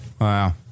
Wow